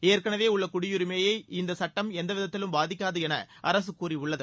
ஏற்கனவே உள்ள குடியுரிமையை இந்த சட்டம் எந்தவிதத்திலும் பாதிக்காது என அரசு கூறியுள்ளது